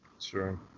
Sure